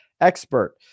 expert